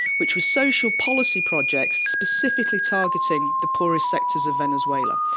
which were social policy projects specifically targeting the poorer sectors of venezuela.